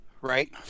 right